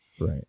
Right